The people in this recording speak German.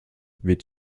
wird